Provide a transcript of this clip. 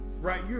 right